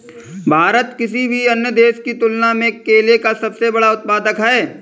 भारत किसी भी अन्य देश की तुलना में केले का सबसे बड़ा उत्पादक है